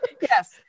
Yes